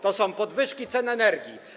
To są podwyżki cen energii.